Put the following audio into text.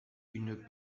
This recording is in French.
une